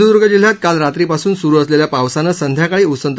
सिंधूदुगं जिल्ह्यात काल रात्रीपासून सुरु असलेल्या पावसानं संध्याकाळी उसंत घेतली